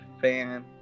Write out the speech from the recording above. fan